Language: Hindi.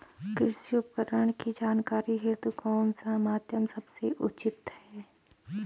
कृषि उपकरण की जानकारी हेतु कौन सा माध्यम सबसे उचित है?